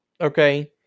okay